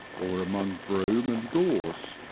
or among broom and gorse,